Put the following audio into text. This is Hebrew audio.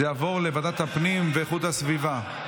וזה יעבור לוועדת הפנים ואיכות הסביבה.